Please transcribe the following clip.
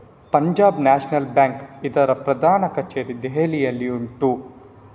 Punjab National Bank ಇದ್ರ ಪ್ರಧಾನ ಕಛೇರಿ ದೆಹಲಿಯಲ್ಲಿ ಉಂಟು